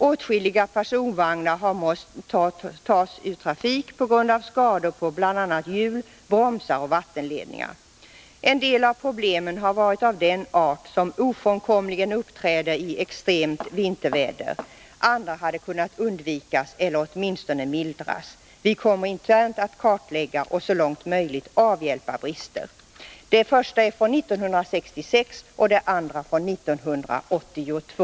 Åtskilliga personvagnar har måst tas ur trafik på grund av skador på bl.a. hjul, bromsar och vattenledningar. ——-- En del av ”holmsområdet problemen har varit av den art, som ofrånkomligen uppträder i extremt mm vinterväder. Andra hade kunnat undvikas eller åtminstone mildras ———. Vi kommer internt att kartlägga och, så långt möjligt, avhjälpa brister Det första citatet är från 1966 och det andra från 1982.